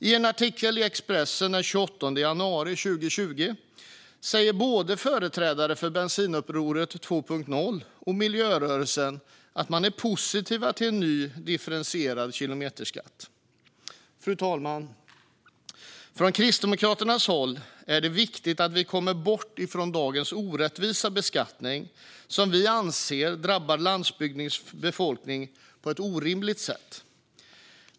I en artikel i Expressen den 28 januari 2020 säger företrädare för både Bensinupproret 2.0 och miljörörelsen att de är positiva till en ny, differentierad kilometerskatt. Fru talman! Ur Kristdemokraternas perspektiv är det viktigt att komma bort från dagens orättvisa beskattning, som vi anser drabbar landsbygdens befolkning på ett orimligt sätt.